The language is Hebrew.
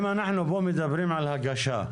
אם אנחנו פה מדברים על הגשה,